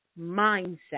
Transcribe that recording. mindset